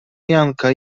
janka